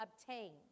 obtain